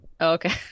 Okay